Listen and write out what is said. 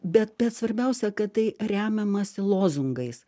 bet bet svarbiausia kad tai remiamasi lozungais